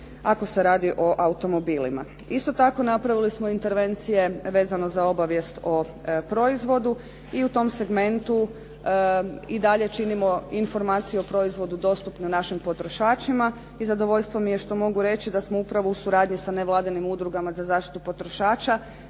ako se radi o automobilima. Isto tako, napravili smo intervencije vezano za obavijest o proizvodu i u tom segmentu i dalje činimo informaciju o proizvodu dostupno našim potrošačima i zadovoljstvo mi je što mogu reći da smo upravo u suradnji sa nevladinim udrugama za zaštitu potrošača